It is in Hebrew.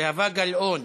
זהבה גלאון,